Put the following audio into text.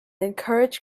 encourage